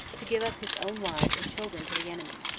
to give up his own wives and children to the enemy,